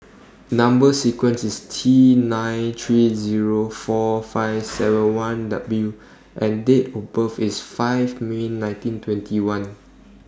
Number sequence IS T nine three Zero four five seven one W and Date of birth IS five May nineteen twenty one